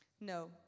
No